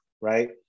right